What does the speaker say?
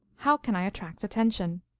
how can i attract attention?